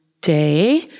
Day